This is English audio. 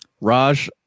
Raj